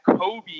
Kobe